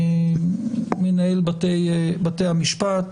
מנהל בתי המשפט.